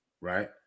right